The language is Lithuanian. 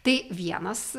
tai vienas